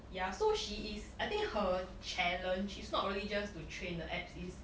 ya so she is I think her challenge is not really just to train the abs is like to train everywhere also